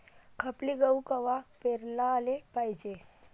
खपली गहू कवा पेराले पायजे?